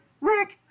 Rick